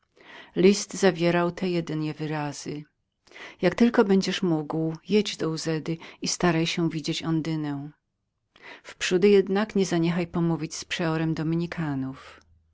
list zawierał te jedynie wyrazy jak tylko będziesz mógł jedź do uzedy i staraj się widzieć ondynę wprzódy jednak nie zaniechaj pomówić z przeorem dominikanów